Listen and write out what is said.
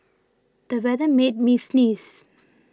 the weather made me sneeze